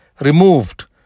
removed